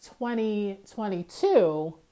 2022